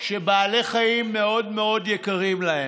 שבעלי חיים מאוד מאוד יקרים להם.